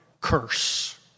curse